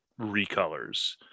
recolors